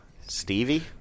Stevie